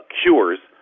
cures